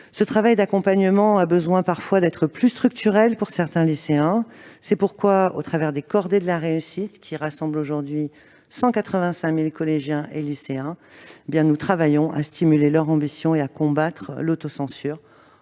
ce travail d'accompagnement doit parfois être plus structurel. C'est pourquoi, au travers des « cordées de la réussite », qui rassemblent aujourd'hui 185 000 collégiens et lycéens, nous travaillons à stimuler leur ambition et à combattre l'autocensure.